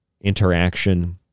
interaction